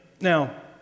Now